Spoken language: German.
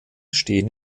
stehen